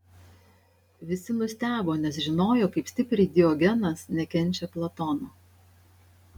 visi nustebo nes žinojo kaip stipriai diogenas nekenčia platono